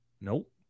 Nope